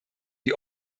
die